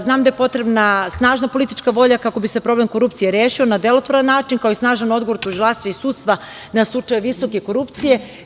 Znam da je potrebna snažna politička volja kako bi se problem korupcije rešio na delotvoran način, kao i snažan odgovor tužilaštva i sudstva na slučajeve visoke korupcije.